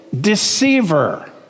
deceiver